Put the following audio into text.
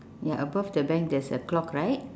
ya above the bank there is a clock right